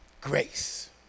grace